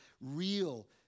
real